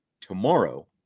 tomorrow